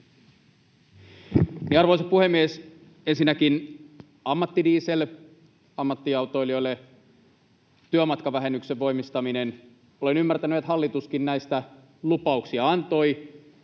Arvoisa puhemies! Ensinnäkin ammattidiesel ammattiautoilijoille, työmatkavähennyksen voimistaminen — olen ymmärtänyt, että hallituskin näistä lupauksia antoi.